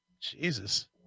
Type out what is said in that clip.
Jesus